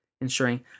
ensuring